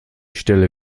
stelle